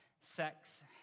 sex